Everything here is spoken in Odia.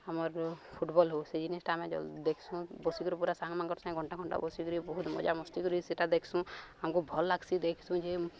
ଆମର ଫୁଟବଲ୍ ହଉ ସେଇ ଜିନିଷ୍ଟା ଆମେ ଦେଖସୁଁ ବସିକରି ପୁରା ସାଙ୍ଗମାନଙ୍ଗର ସାଙ୍ଗେ ଘଣ୍ଟା ଘଣ୍ଟା ବସିକରି ବହୁତ ମଜା ମସ୍ତି କରରି ସେଟା ଦେଖସୁଁ ଆମକୁ ଭଲ ଲାଗ୍ସି ଦେଖସୁଁ ଯେ